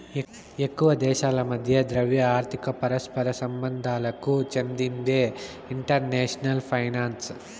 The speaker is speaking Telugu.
ఎక్కువ దేశాల మధ్య ద్రవ్య, ఆర్థిక పరస్పర సంబంధాలకు చెందిందే ఇంటర్నేషనల్ ఫైనాన్సు